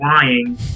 flying